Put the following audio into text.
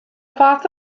fath